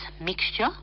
mixture